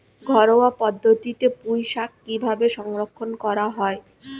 ঘরোয়া পদ্ধতিতে পুই শাক কিভাবে সংরক্ষণ করা হয়?